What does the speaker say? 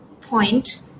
point